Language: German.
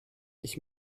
ich